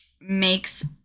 makes